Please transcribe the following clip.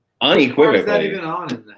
unequivocally